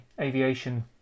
aviation